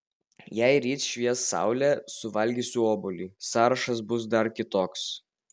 jei ryt švies saulė suvalgysiu obuolį sąrašas bus dar kitoks